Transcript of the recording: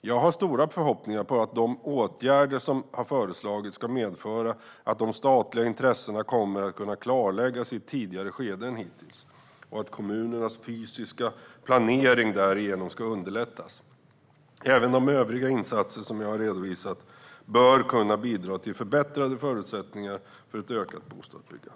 Jag har stora förhoppningar på att de åtgärder som har föreslagits ska medföra att de statliga intressena kommer att kunna klarläggas i ett tidigare skede än hittills och att kommunernas fysiska planering därigenom ska underlättas. Även de övriga insatser som jag har redovisat bör kunna bidra till förbättrade förutsättningar för ett ökat bostadsbyggande.